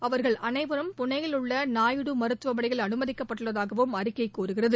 அவர்கள் அனைவரும் புனேயில் உள்ள நாயுடு மருத்துவமனையில் அனுமதிக்கப்பட்டுள்ளதாகவும் அறிக்கை கூறுகிறது